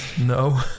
no